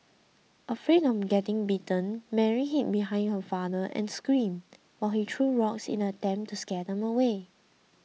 afraid of getting bitten Mary hid behind her father and screamed while he threw rocks in an attempt to scare them away